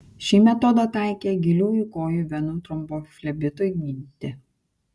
šį metodą taikė giliųjų kojų venų tromboflebitui gydyti